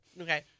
Okay